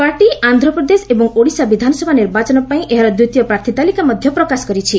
party Andhra Pradesh ଏବଂ ଓଡ଼ିଶା ବିଧାନସଭା ନିର୍ବାଚନ ପାଇଁ ଏହାର ଦ୍ୱିତୀୟ ପ୍ରାର୍ଥୀ ତାଲିକା ମଧ୍ୟ ପ୍ରକାଶ କରିଛି